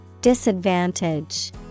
Disadvantage